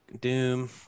Doom